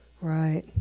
Right